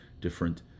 different